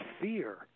fear